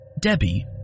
Debbie